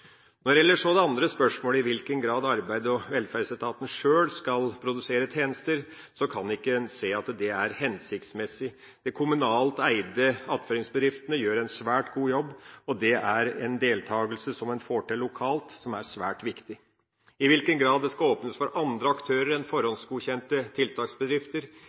Når det så gjelder det andre spørsmålet, i hvilken grad Arbeids- og velferdsetaten sjøl skal produsere tjenester, så kan jeg ikke se at det er hensiktsmessig. De kommunalt eide attføringsbedriftene gjør en svært god jobb, og dette er en deltakelse som en får til lokalt, noe som er svært viktig. Når det gjelder i hvilken grad det skal åpnes for andre aktører enn forhåndsgodkjente tiltaksbedrifter,